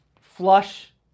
flush